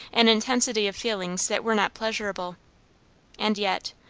an intensity of feelings that were not pleasurable and yet,